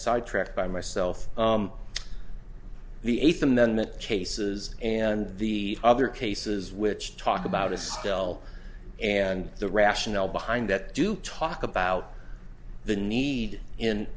sidetracked by myself the eighth amendment cases and the other cases which talked about is still and the rationale behind that do talk about the need in